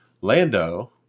Lando